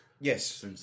Yes